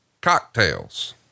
cocktails